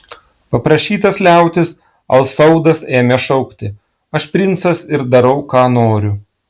paprašytas liautis al saudas ėmė šaukti aš princas ir darau ką noriu